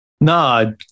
No